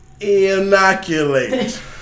Inoculate